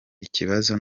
ikibazo